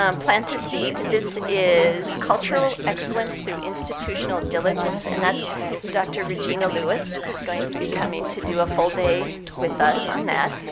um plant a seed, this is cultural excellence through institutional diligence. and that's dr. regina lewis who's going to be coming to do a full day with us on that.